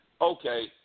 Okay